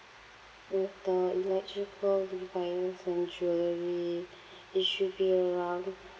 with the electrical devices and jewellery it should be around